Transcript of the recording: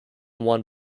one